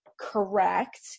correct